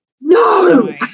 No